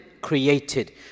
created